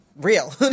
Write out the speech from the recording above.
real